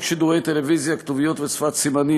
חוק שידורי טלוויזיה (כתוביות ושפת סימנים),